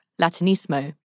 Latinismo